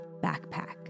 backpack